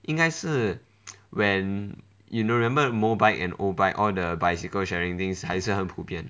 应该是 when you know remember mobike and obike all the bicycle sharing things 还是很普遍